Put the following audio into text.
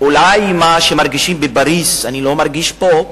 אולי מה שמרגישים בפריס אני לא מרגיש פה,